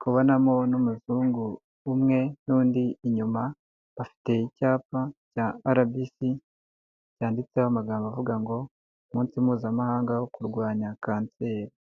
kubonamo n'umuzungu umwe n'undi inyuma, bafite icyapa cya arabisi, cyanditseho amagambo avuga ngo umunsi mpuzamahanga wo kurwanya kanseri.